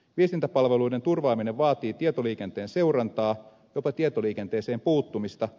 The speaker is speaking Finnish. viestintäpalveluiden turvaaminen vaatii tietoliikenteen seurantaa jopa tietoliikenteeseen puuttumista